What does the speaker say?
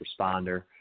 responder